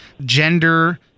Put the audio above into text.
gender